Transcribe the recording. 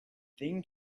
thing